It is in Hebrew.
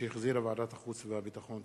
שהחזירה ועדת החוץ והביטחון.